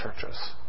churches